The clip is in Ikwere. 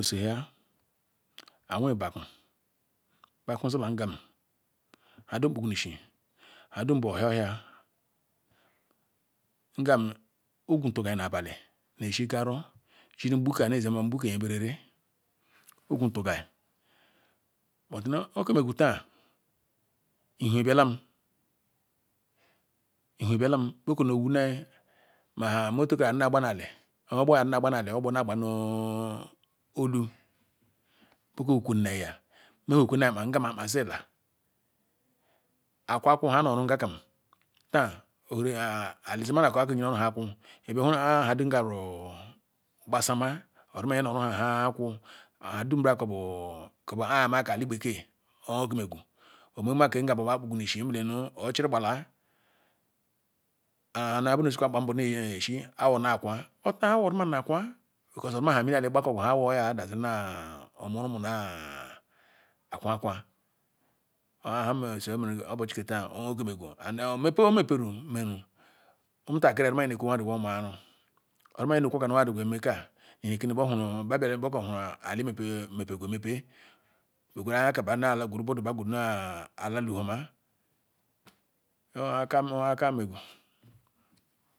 nseyah ayi weh beku brku zila ngim hatum kpugu nishi nhedum bu ohia ohia ngam ogutugai na-abali neshi karu nshi mgbuka ne-eze mbgu nyeke berele ogutugai but nu okeh megu tah ihi biaram Ihie bialam mah motor kag nna gba na ali ogbor na agba- ali ogbor na ne-elu beke kuna nya bekam okunanyi azi la akwa oku hag na oru nhekam tah ure-ah ali zema-na beh ku orbadum ngaru gbasama iyene ruma hsh aku ohadum nbara kabu ah meh kah ali-gbeke okememeku nlenu ochiri kpala ah ayi bu neh suku akpa nu nzim neh ezi awor na kwa awor zimama akwa because ozikor nbe mini ali ngbakoro nbina akwa-kwa ohamene obechi kah tah and omepe omperu omuntakiri nahe-ekwe omu-aru because wah biaru hu ali meh pere- emepe beh gweru anya kaha egweru alalu roma ohakam nmegu